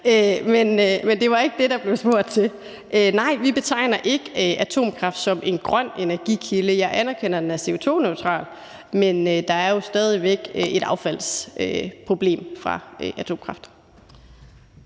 men det var ikke det, der blev spurgt til. Nej, vi betegner ikke atomkraft som en grøn energikilde. Jeg anerkender, at den er CO2-neutral, men der er jo stadig væk et affaldsproblem med atomkraft.